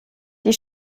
die